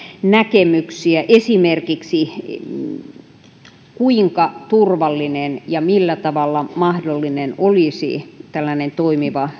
näkemyksiä esimerkiksi siitä kuinka turvallinen ja millä tavalla mahdollinen olisi tällainen toimiva